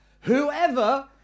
Whoever